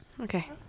okay